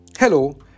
Hello